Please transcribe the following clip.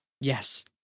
Yes